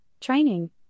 training